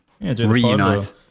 reunite